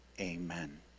Amen